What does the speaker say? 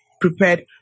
prepared